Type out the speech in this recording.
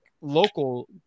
local